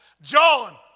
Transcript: John